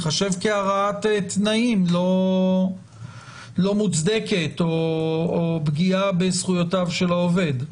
ייחשב כהרעת תנאים לא מוצדקת או פגיעה בזכויותיו של העובד.